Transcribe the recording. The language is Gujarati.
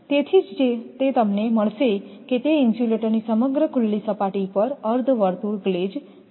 તેથી જ તે તમને મળશે કે તે ઇન્સ્યુલેટરની સમગ્ર ખુલ્લી સપાટી પર અર્ધવર્તુળ ગ્લેઝ છે